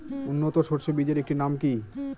উন্নত সরষে বীজের একটি নাম কি?